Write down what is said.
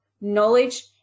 knowledge